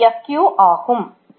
இது Fq ஆகும்